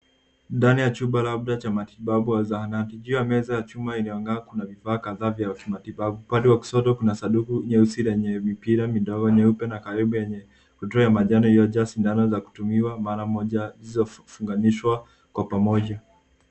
Ndani ya chumba labda cha matibabu au zahanati. Juu ya meza ya chuma iliyong'aa kuna vifaa kadhaa vya matibabu. Upande wa kushoto, kuna sanduku nyeusi lenye mipira midogo nyeupe na karibu yenye trei ya manjano iliyojaa sindano za kutumiwa mara moja zilizofunganishwa kwa pamoja.